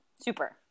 super